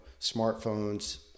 smartphones